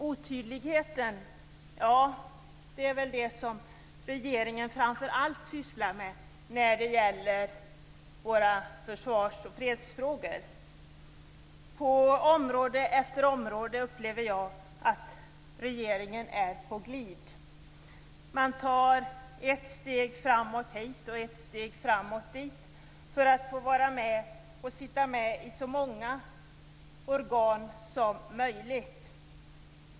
Otydlighet är något som regeringen framför allt sysslar med i försvars och fredsfrågor. På område efter område upplever jag att regeringen är på glid. Man tar ett steg framåt hit och ett steg framåt dit för att få sitta med i så många organ som möjligt.